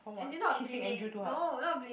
as in not bleeding no not bleeding